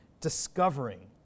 discovering